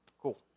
Cool